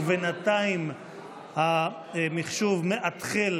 ובינתיים המחשוב מאתחל